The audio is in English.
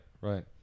right